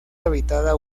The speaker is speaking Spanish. habitada